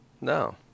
No